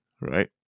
right